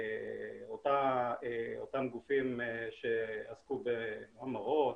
אותם גופים שעסקו בהמרות,